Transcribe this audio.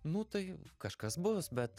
nu tai kažkas bus bet